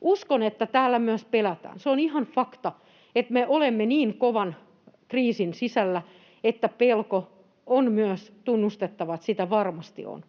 Uskon, että täällä myös pelätään. Se on ihan fakta, että me olemme niin kovan kriisin sisällä, että pelko on myös tunnustettava, että sitä varmasti on.